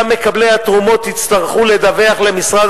גם מקבלי התרומות יצטרכו לדווח למשרד